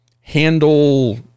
handle